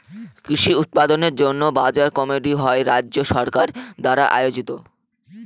কৃষি উৎপাদনের জন্য বাজার কমিটি হয় রাজ্য সরকার দ্বারা আয়োজিত